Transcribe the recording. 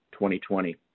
2020